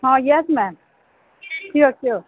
ହଁ yes ma'am sure sure